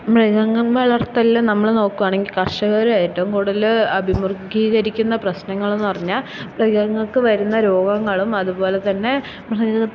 മൃഗങ്ങൾ വളർത്തലില് നമ്മള് നോക്കുകയാണെങ്കില് കർഷകര് ഏറ്റവും കൂടുതല് അഭിമുഖീകരിക്കുന്ന പ്രശ്നങ്ങളെന്നു പറഞ്ഞാല് മൃഗങ്ങൾക്ക് വരുന്ന രോഗങ്ങളും അതുപോലെതന്നെ